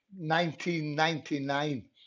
1999